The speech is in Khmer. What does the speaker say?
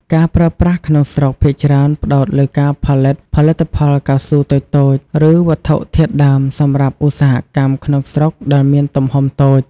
ការប្រើប្រាស់ក្នុងស្រុកភាគច្រើនផ្តោតលើការផលិតផលិតផលកៅស៊ូតូចៗ ឬវត្ថុធាតុដើមសម្រាប់ឧស្សាហកម្មក្នុងស្រុកដែលមានទំហំតូច។